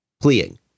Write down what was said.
pleading